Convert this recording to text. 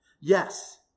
Yes